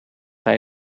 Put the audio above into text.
hij